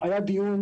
היה דיון